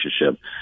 relationship